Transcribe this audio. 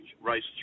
race